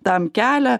tam kelią